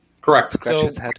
Correct